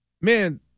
man